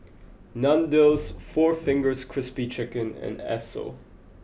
Nandos Four Fingers Crispy Chicken and Esso